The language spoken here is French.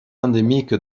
endémique